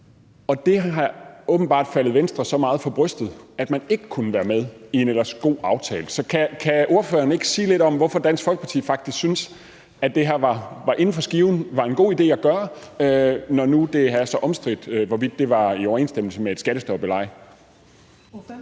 Det er åbenbart faldet Venstre så meget for brystet, at man ikke kunne være med i en ellers god aftale. Så kan ordføreren ikke sige lidt om, hvorfor Dansk Folkeparti faktisk synes, at det her var inden for skiven og var en god idé at gøre, når nu det er så omstridt, hvorvidt det var i overensstemmelse med et skattestop eller